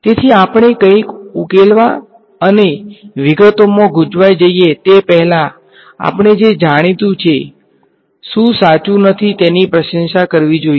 તેથી આપણે કંઈક ઉકેલવા અને વિગતોમાં ગુચવાઈ જઈએ તે પહેલાં આપણે જે જાણીતું છે શું સાચું નથી તેની પ્રશંસા કરવી જોઈએ